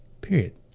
Period